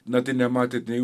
na tai nematėt nei